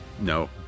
No